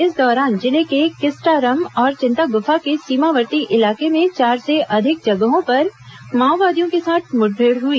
इस दौरान जिले के किस्टारम और चिंतागुफा के सीमावर्ती इलाके में चार से अधिक जगहों पर माओवादियों के साथ मुठभेड़ हई